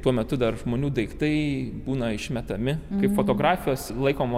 tuo metu dar žmonių daiktai būna išmetami kai fotografijos laikomos nevertingomis